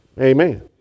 Amen